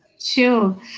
Sure